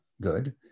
good